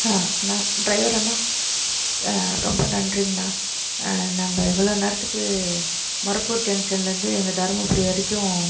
நான் டிரைவர் அண்ணா ரொம்ப நன்றீங்கணா நாங்கள் இவ்வளோ நேரத்துக்கு மருப்பூர் ஜங்க்ஷன்லருந்து எங்கே தர்மபுரி வரைக்கும்